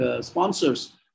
sponsors